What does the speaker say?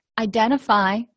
identify